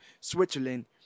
Switzerland